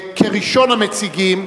כראשון המציגים,